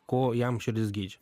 ko jam širdis geidžia